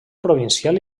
provincial